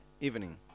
evening